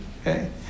Okay